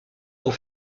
pour